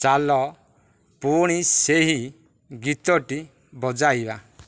ଚାଲ ପୁଣି ସେହି ଗୀତଟି ବଜାଇବା